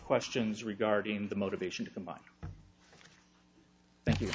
questions regarding the motivation to someone thank you